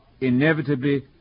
inevitably